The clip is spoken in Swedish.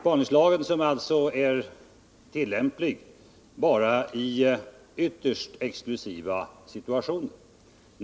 Den är tillämplig bara i ytterst exklusiva situationer.